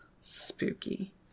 spooky